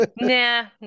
Nah